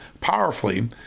powerfully